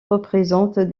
représente